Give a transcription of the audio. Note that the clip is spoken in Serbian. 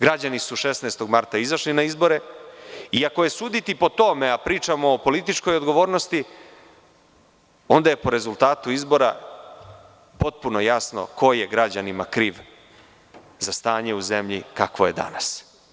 Građani su 16. marta izašli na izbore i ako je suditi po tome, a pričamo o političkoj odgovornosti, onda je po rezultatu izbora potpuno jasno ko je građanima kriv za stanje u zemlji kakvo je danas.